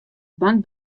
bank